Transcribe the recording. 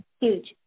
huge